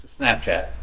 Snapchat